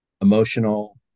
emotional